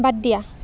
বাদ দিয়া